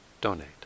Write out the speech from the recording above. donate